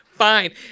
Fine